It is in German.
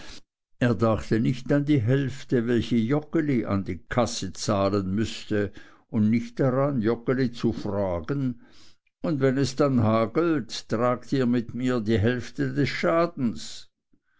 er dachte nicht an die hälfte welche joggeli an die kasse zahlen mußte und nicht daran joggeli zu fragen und wenn es dann hagelt tragt ihr mit die hälfte des schadens